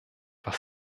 was